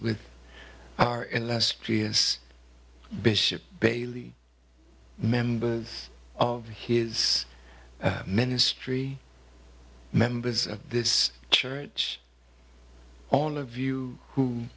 with our illustrious bishop bailey members of his ministry members of this church all of you who